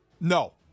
No